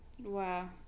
Wow